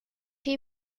you